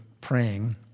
praying